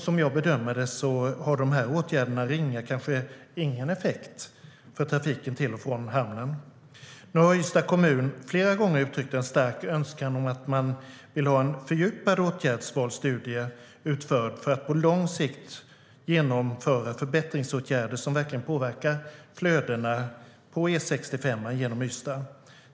Som jag bedömer det har dessa åtgärder ringa, kanske ingen, effekt för trafiken till och från hamnen. Ystads kommun har flera gånger uttryckt en stark önskan om att man vill ha en fördjupad åtgärdsvalstudie utförd för att på lång sikt kunna genomföra förbättringsåtgärder som verkligen påverkar flödena på E65 genom Ystad.